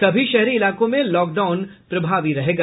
सभी शहरी इलाकों में लॉकडाउन प्रभावी रहेगा